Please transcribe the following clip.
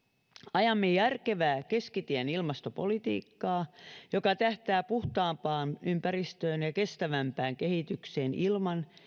ajamme järkevää keskitien ilmastopolitiikkaa joka tähtää puhtaampaan ympäristöön ja kestävämpään kehitykseen ilman